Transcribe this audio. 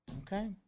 Okay